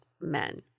men